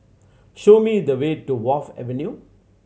show me the way to Wharf Avenue